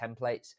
templates